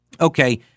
okay